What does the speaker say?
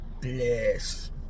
bless